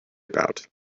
about